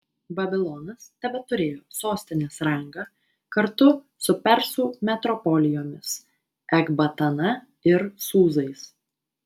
babilonas tebeturėjo sostinės rangą kartu su persų metropolijomis ekbatana ir sūzais